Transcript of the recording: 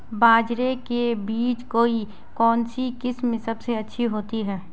बाजरे के बीज की कौनसी किस्म सबसे अच्छी होती है?